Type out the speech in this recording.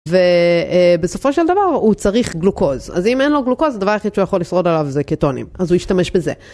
ובסופו של דבר הוא צריך גלוקוז. אז אם אין לו גלוקוז, הדבר היחיד שהוא יכול לשרוד עליו זה קטונים. אז הוא ישתמש בזה.